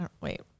wait